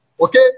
Okay